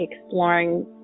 exploring